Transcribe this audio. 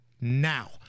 now